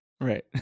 Right